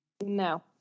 No